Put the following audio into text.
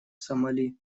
сомали